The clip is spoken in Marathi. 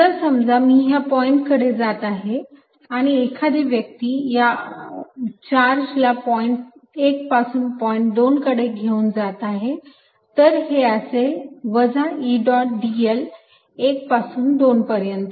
जर समजा मी ह्या पॉईंट कडे जात आहे आणि एखादी व्यक्ती या चार्ज ला पॉईंट 1 पासून पॉईंट 2 कडे घेऊन जात आहे तर हे असेल वजा E डॉट dl 1 पासून 2 पर्यंत